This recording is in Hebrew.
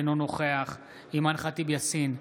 אינו נוכח אימאן ח'טיב יאסין,